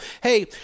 hey